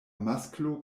masklo